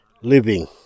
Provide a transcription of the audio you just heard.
living